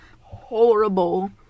Horrible